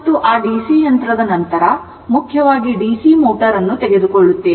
ಮತ್ತು ಆ ಡಿಸಿ ಯಂತ್ರದ ನಂತರ ಮುಖ್ಯವಾಗಿ ಡಿಸಿ ಮೋಟರ್ ಅನ್ನು ತೆಗೆದುಕೊಳ್ಳುತ್ತೇವೆ